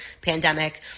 pandemic